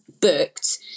booked